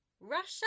Russia